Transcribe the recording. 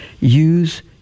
use